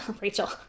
Rachel